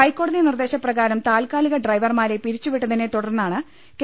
ഹൈക്കോ ടതി നിർദ്ദേശ പ്രകാരം താൽക്കാലിക ഡ്രൈവർമാരെ പിരിച്ചുവിട്ടതിനെ തുടർന്നാണ് കെ